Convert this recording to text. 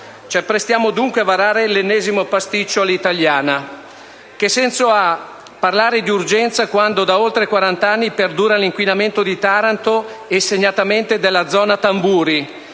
apprestiamo, dunque, a varare l'ennesimo pasticcio all'italiana. Che senso ha parlare di urgenza quando da oltre quarant'anni perdura l'inquinamento di Taranto, e segnatamente della zona Tamburi,